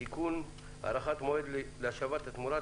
תיקון) (תיקון) (הארכת המועד להשבת התמורה),